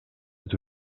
het